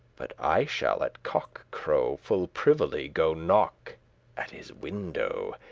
but i shall at cock crow full privily go knock at his window,